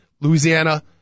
Louisiana